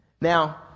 Now